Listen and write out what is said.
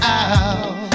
out